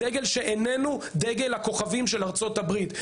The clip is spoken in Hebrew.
דגל שאיננו דגל הכוכבים של ארצות הברית.